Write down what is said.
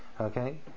Okay